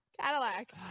Cadillac